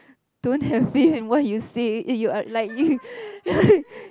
don't have feel and what you say uh like you